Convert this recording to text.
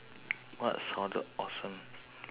something awesome ah um